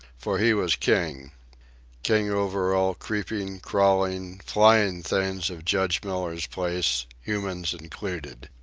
for he was king king over all creeping, crawling, flying things of judge miller's place, humans included.